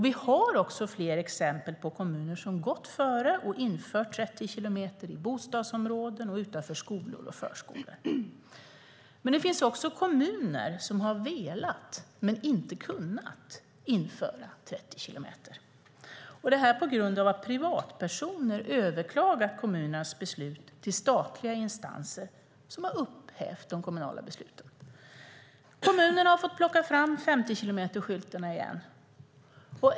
Vi har också flera exempel på kommuner som gått före och infört 30 kilometer i timmen i bostadsområden och utanför skolor och förskolor. Men det finns också kommuner som har velat men inte kunnat införa 30 kilometer i timmen på grund av att privatpersoner överklagat kommunernas beslut till statliga instanser, som sedan upphävt de kommunala besluten. Kommunerna har fått plocka fram 50-skyltarna igen.